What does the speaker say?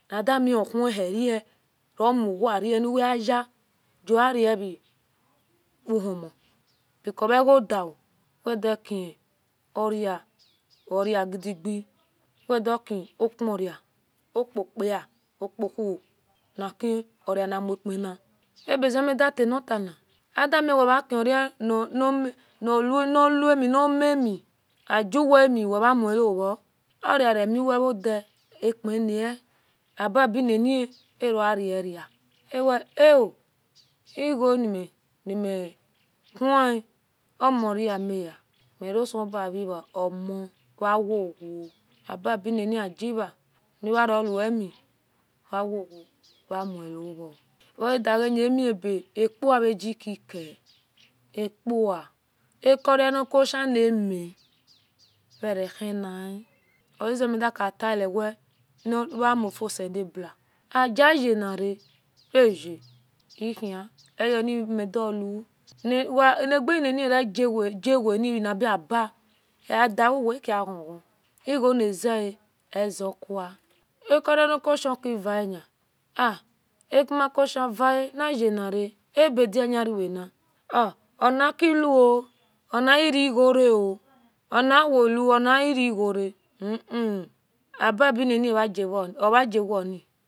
Nidamiohianio romuwani wediya goarove humo because egodiao wedakioria oriagbige wedakioporia opokpa opawho nikioma abize menitanatani anmi anmiwemakira niamenmevo oreareniweoda aki nae aba binini ero rera awe ao iganimihun omoramawa merusebua vera omo we wowa aba bi nini agivo uwarowen wa wowo wamuo vo weidiagi amise puatagikikena apuakia nikuhinime grehina oaze menkat wee we uwamunuselebua giuhyinara aye ihen eonimedua agenini vaba adikuwe ekia ghon-ghon iguo nazeaezakua akoria niakushkirenia animakuhi vamayanare abediani rerena onakiuo onaeriguoreo onaowoneregore u-un aba binini vagiwani